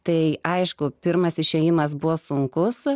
tai aišku pirmas išėjimas buvo sunkus